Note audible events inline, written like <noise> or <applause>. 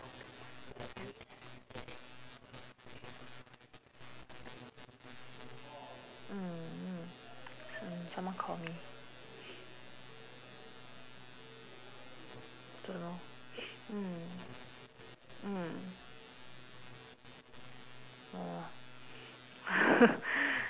mm mm some some calling me <noise> don't know mm mm <noise>